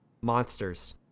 Monsters